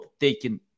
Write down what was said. taking